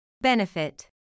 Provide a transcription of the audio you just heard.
Benefit